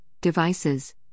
devices